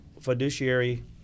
fiduciary